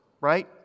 right